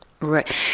Right